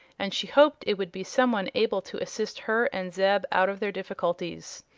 and she hoped it would be some one able to assist her and zeb out of their difficulties.